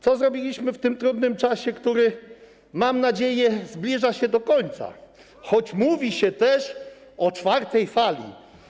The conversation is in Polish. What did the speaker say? Co zrobiliśmy w tym trudnym czasie, który, mam nadzieję, zbliża się do końca, choć mówi się też o czwartej fali?